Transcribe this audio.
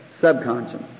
subconscious